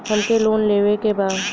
हमके लोन लेवे के बा?